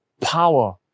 power